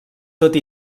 tot